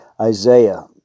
Isaiah